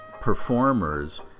performers